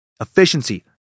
Efficiency